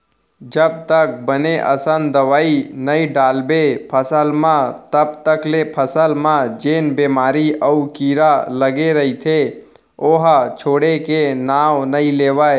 जब तक बने असन दवई नइ डालबे फसल म तब तक ले फसल म जेन बेमारी अउ कीरा लगे रइथे ओहा छोड़े के नांव नइ लेवय